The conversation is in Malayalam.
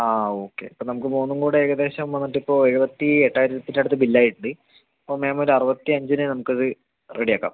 ആ ഓക്കെ അപ്പോൾ നമുക്ക് മൂന്നും കൂടി ഏകദേശം വന്നിട്ടിപ്പോൾ എഴുപത്തി എട്ടായിരത്തിനടുത്ത് ബില്ലായിട്ടുണ്ട് അപ്പോൾ മാമ് ഒരു അറുപത്തിയഞ്ചിന് നമുക്കത് റെഡിയാക്കാം